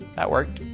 that worked.